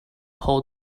pull